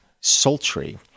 sultry